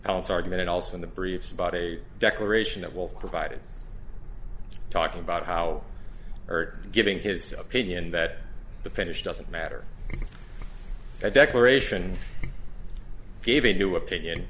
its argument and also in the briefs about a declaration that will provided talking about how or giving his opinion that the finish doesn't matter a declaration gave a new opinion